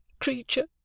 creature